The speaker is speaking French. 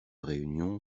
réunion